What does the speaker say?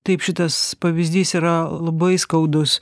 taip šitas pavyzdys yra labai skaudus